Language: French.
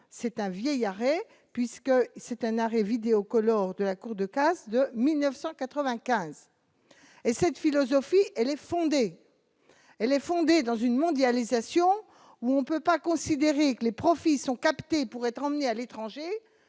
c'est un vieillard et puisque c'est un art et vidéo que lors de la cour de cass de 1995 et cette philosophie, elle est fondée, elle est fondée dans une mondialisation où on peut pas considérer que les profits sont captés pour être emmené à l'étranger,